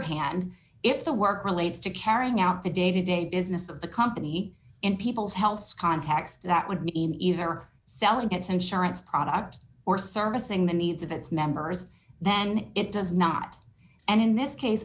hand if the work relates to carrying out the day to day business of the company in people's health sconce tax that would mean either selling its insurance product or service in the needs of its members then it does not and in this case